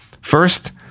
first